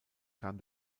kam